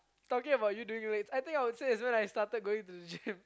talking about you doing weights I think I would say it's when I started going to gym